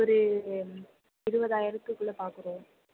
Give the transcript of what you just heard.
ஒரு இருபதாயிரத்துக்குள்ள பார்க்குறோம்